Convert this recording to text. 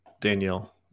Danielle